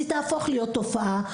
היא תהפוך להיות תופעה.